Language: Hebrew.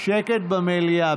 שקט במליאה.